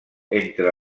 entre